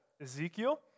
Ezekiel